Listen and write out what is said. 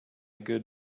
good